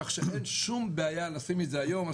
כך שאין שום בעיה לשים את זה היום על